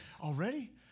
already